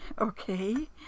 Okay